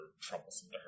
troublesome